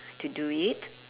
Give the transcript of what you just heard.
to do it